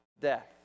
death